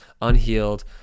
unhealed